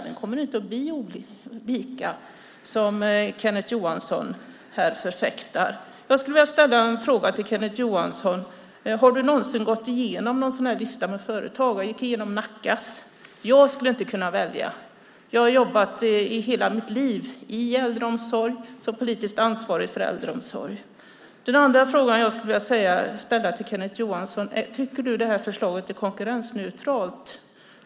Den kommer inte att bli lika, som Kenneth Johansson här påstår. Jag skulle vilja ställa en fråga till Kenneth Johansson. Har du någonsin gått igenom en sådan här lista med företag? Jag gick igenom Nackas. Jag skulle inte kunna välja. Jag har jobbat i hela mitt liv inom äldreomsorg och som politiskt ansvarig för äldreomsorg. Den andra frågan jag skulle vilja ställa till Kenneth Johansson är: Tycker du att det här förslaget är konkurrensneutralt?